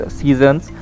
seasons